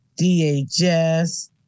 DHS